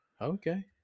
okay